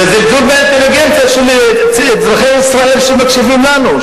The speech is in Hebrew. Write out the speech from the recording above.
זה זלזול באינטליגנציה של אזרחי ישראל שמקשיבים לנו,